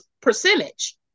percentage